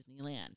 Disneyland